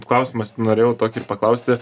klausimas norėjau tokį paklausti